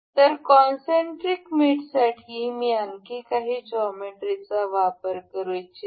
तरकॉनसेंटरिक मेटसाठी मी आणखी काही जॉमेट्रीचा वापर करू इच्छितो